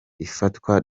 ifatwa